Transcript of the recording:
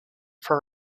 for